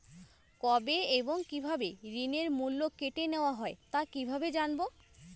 কবে এবং কিভাবে ঋণের মূল্য কেটে নেওয়া হয় তা কিভাবে জানবো?